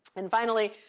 and finally,